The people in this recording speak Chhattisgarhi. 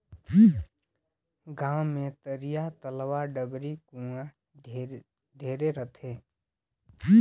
गांव मे तरिया, तलवा, डबरी, कुआँ ढेरे रथें